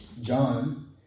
John